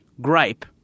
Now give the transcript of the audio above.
gripe